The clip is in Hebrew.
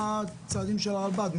מה הצעדים של הרלב"ד.